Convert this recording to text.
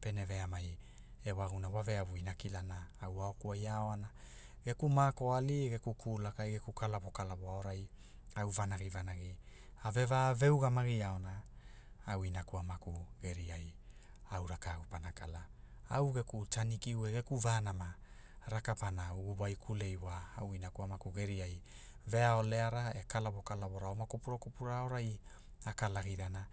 pene veamai ewagumuna wa veavuina kilana au aoku ai a aoana, geku mako ali e geku kalawo kalawo aorai, au vanagi vanagi, a ve va ugamagi aona, au inaku amaku geria, au rakau pana kala, au geku tanikiu e geku vanama, raka pana ugu wa waikule iwa au inaku amaku geriai veaoleara e kalawo kalawora oma kopura kopura aorai a kalagirana